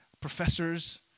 professors